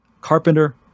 Carpenter